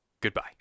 goodbye